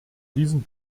diesen